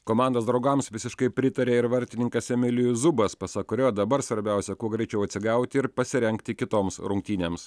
komandos draugams visiškai pritarė ir vartininkas emilijus zubas pasak kurio dabar svarbiausia kuo greičiau atsigauti ir pasirengti kitoms rungtynėms